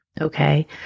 okay